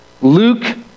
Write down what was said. Luke